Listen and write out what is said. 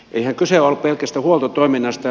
eihän kyse ole pelkästä huoltotoiminnasta